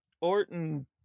Orton